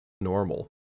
normal